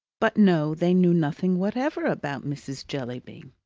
but no, they knew nothing whatever about mrs. jellyby.